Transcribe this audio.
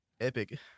Epic